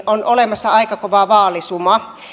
on olemassa aika kova vaalisuma